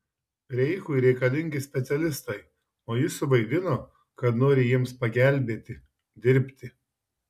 reichui reikalingi specialistai o jis suvaidino kad nori jiems pagelbėti dirbti